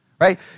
right